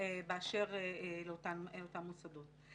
לאותם מוסדות.